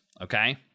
okay